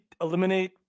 eliminate